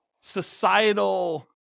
societal